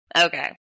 Okay